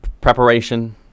preparation